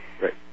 Right